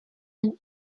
and